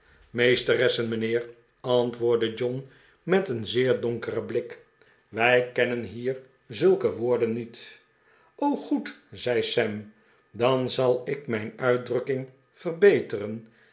meesteressen mijnheer antwoordde john met een zeer donkeren blik wij kennen hier zulke woorden niet r o goed zei sam dan zal ik mijn uitdrukking verbeteren